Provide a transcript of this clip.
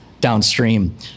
downstream